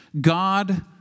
God